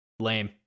Lame